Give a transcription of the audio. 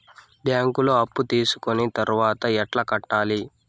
బ్యాంకులో అప్పు తీసుకొని తర్వాత ఎట్లా కట్టాలి?